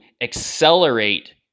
accelerate